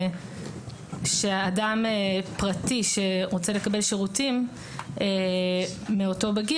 שאדם פרטי שרוצה לקבל שירותים מאותו בגיר,